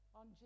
on